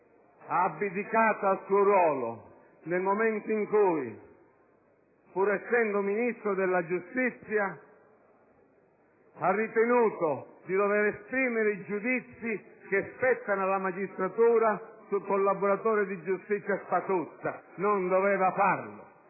ha abdicato al suo ruolo nel momento in cui, pur essendo Ministro della giustizia, ha ritenuto di dover esprimere giudizi che spettano alla magistratura sul collaboratore di giustizia Spatuzza: non doveva farlo,